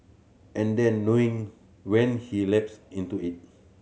and then knowing when he lapse into it